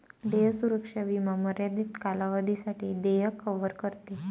देय सुरक्षा विमा मर्यादित कालावधीसाठी देय कव्हर करते